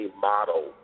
model